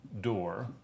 door